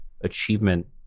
achievement